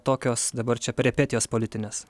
tokios dabar čia peripetijos politinės